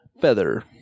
feather